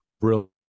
Brilliant